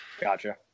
Gotcha